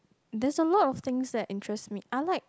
there's a lot of things that interest me I like